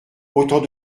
autant